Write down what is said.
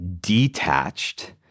detached